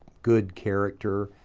good character,